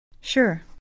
Sure